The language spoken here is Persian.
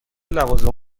لوازم